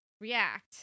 react